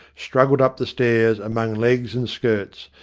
struggled up the stairs among legs and skirts,